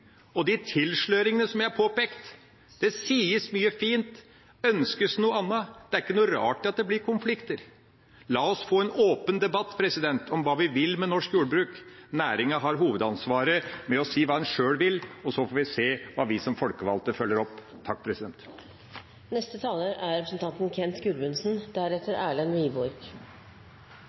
Og de tilsløringene som jeg har påpekt – det sies mye fint, det ønskes noe annet – det er ikke noe rart at det blir konflikter. La oss få en åpen debatt om hva vi vil med norsk jordbruk. Næringa har hovedansvaret for å si hva den sjøl vil, og så får vi se hva vi som folkevalgte følger opp